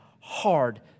hard